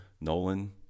Nolan